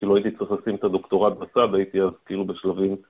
כאילו הייתי צריך לשים את הדוקטורט בצד ,והייתי אז כאילו בשלבים...